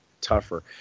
tougher